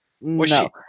No